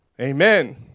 Amen